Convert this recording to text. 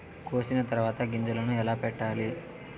కోసిన తర్వాత గింజలను ఎలా పెట్టాలి